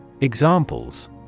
Examples